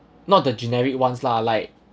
not the generic ones lah like